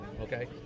okay